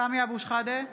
סמי אבו שחאדה,